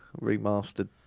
remastered